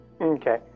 Okay